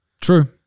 True